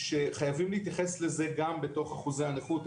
שחייבים להתייחס לזה גם בתוך אחוזי הנכות.